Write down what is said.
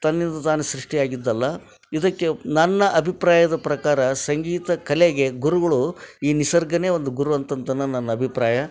ತನ್ನಿಂದ ತಾನೇ ಸೃಷ್ಟಿಯಾಗಿದ್ದಲ್ಲ ಇದಕ್ಕೆ ನನ್ನ ಅಭಿಪ್ರಾಯದ ಪ್ರಕಾರ ಸಂಗೀತ ಕಲೆಗೆ ಗುರುಗಳು ಈ ನಿಸರ್ಗವೇ ಒಂದು ಗುರು ಅಂತ ಅಂದ್ ನನ್ನ ಅಭಿಪ್ರಾಯ